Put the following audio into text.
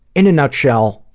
in a nutshell,